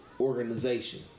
organization